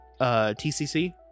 TCC